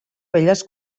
velles